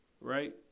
Right